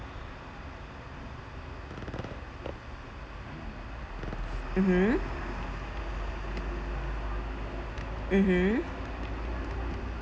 mmhmm mmhmm